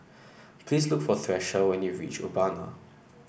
please look for Thresa when you reach Urbana